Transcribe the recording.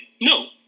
No